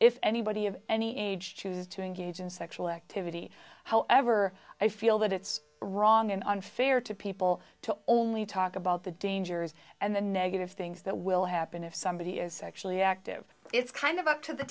if anybody of any age choose to engage in sexual activity however i feel that it's wrong and unfair to people to only talk about the dangers and the negative things that will happen if somebody is sexually active it's kind of up to the